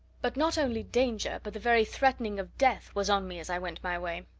but not only danger, but the very threatening of death was on me as i went my way.